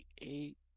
Eight